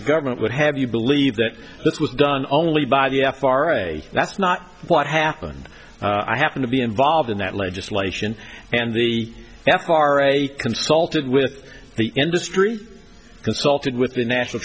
the government would have you believe that this was done only by the f r a that's not what happened i happen to be involved in that legislation and the f r a consulted with the industry consulted with the national